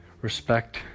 respect